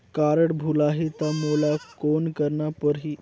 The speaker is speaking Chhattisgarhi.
कारड भुलाही ता मोला कौन करना परही?